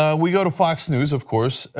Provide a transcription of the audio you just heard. ah we go to fox news, of course,